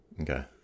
Okay